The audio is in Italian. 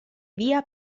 via